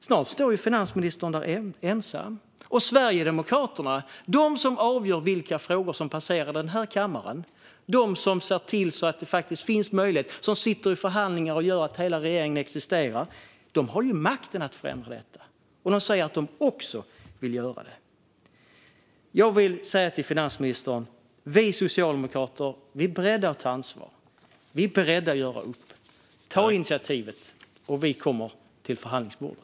Snart står finansministern där ensam. Även Sverigedemokraterna - som avgör vilka frågor som passerar denna kammare och ser till att den möjligheten finns, som sitter i förhandlingar och gör att regeringen ens existerar och som har makten att förändra detta - säger att de vill göra det. Jag vill säga till finansministern att vi socialdemokrater är beredda att ta ansvar. Vi är beredda att göra upp. Ta initiativet, så kommer vi till förhandlingsbordet!